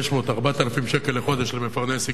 4,000 שקל לחודש למפרנס עיקרי,